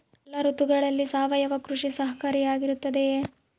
ಎಲ್ಲ ಋತುಗಳಲ್ಲಿ ಸಾವಯವ ಕೃಷಿ ಸಹಕಾರಿಯಾಗಿರುತ್ತದೆಯೇ?